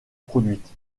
produite